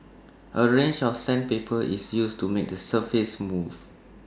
A range of sandpaper is used to make the surface smooth